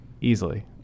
Easily